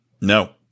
No